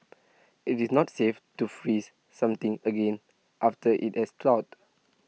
IT is not safe to freeze something again after IT has thawed